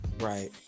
Right